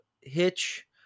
Hitch